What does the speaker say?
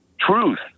truth